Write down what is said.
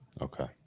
Okay